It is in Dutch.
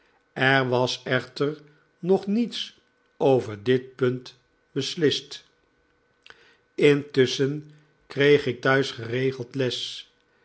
er was echter nog niets over dit punt beslist intusschen kreeg ik thuis geregeld les